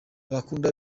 abakunda